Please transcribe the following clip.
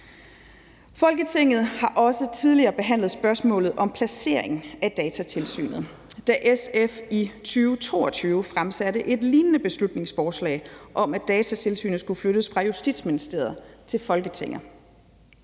Folketinget har også tidligere behandlet spørgsmålet om placering af Datatilsynet, da SF i 2022 fremsatte et lignende beslutningsforslag om, at Datatilsynet skulle flyttes fra Justitsministeriet til Folketinget.